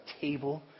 table